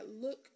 look